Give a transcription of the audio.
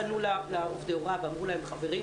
פנו לעובדי ההוראה ואמרו להם שמעדיפים